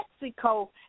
Mexico